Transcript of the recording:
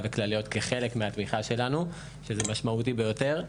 וכלליות כחלק מהתמיכה שלנו שזה משמעותי ביותר,